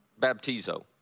baptizo